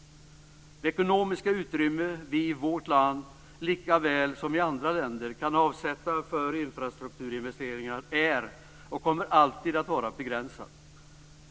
Det ekonomiska utrymme som vi i vårt land likväl som andra länder kan avsätta för infrastrukturinvesteringar är och kommer alltid att vara begränsat.